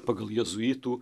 pagal jėzuitų